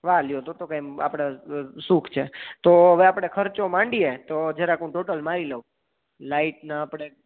વાહ લ્યો તો તો કાઈ આપડે સુખ છે તો આપડે ખર્ચો માંડીએ તો જરાક હું ટોટલ મારી લઉં લાઈટના આપડે